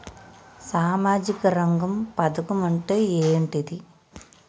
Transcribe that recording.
సామాజిక రంగ పథకం అంటే ఏంటిది?